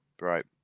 right